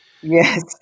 Yes